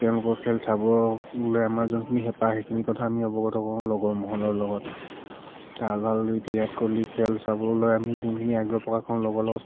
তেওঁলোকৰ খেল চাবলৈ আমাৰ যোনখিনি হেঁপাহ সেইখিনি কথা আমি অৱগত কৰোঁ লগৰ ম'হলৰ লগত বিৰাট কোহলি খেল চাবলৈ আমি যোনখিনি আগ্ৰহ প্ৰকাশ কৰোঁ লগৰ লগত